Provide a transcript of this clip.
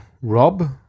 Rob